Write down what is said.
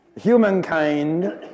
humankind